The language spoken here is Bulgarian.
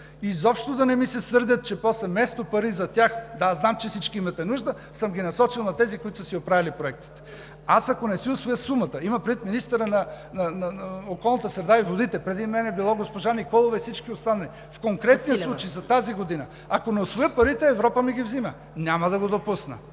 изобщо да не ми се сърдят, че после, вместо пари за тях, да, знам, че всички имате нужда, съм ги насочил към тези, които са си оправили проектите. Ако не си усвоя сумата – имам предвид министъра на околната среда и водите, преди мен е била госпожа Ивелина Василева и всички останали – в конкретния случай за тази година, ако не усвоя парите, Европа ми ги взема! Няма да го допусна!